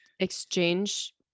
exchange